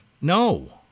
No